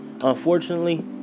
Unfortunately